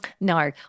No